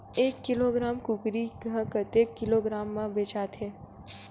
एक किलोग्राम कुकरी ह कतेक किलोग्राम म बेचाथे?